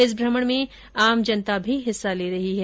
इस भ्रमण में आम जनता भी हिस्सा ले रही है